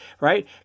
right